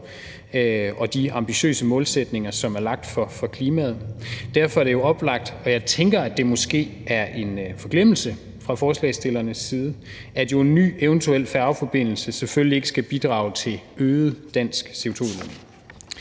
og de ambitiøse målsætninger, som er lagt for klimaet. Derfor et det jo oplagt, og jeg tænker, at det måske er en forglemmelse fra forslagsstillernes side, at en eventuel ny færgeforbindelse selvfølgelig ikke skal bidrage til øget dansk CO2-udledning.